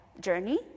journey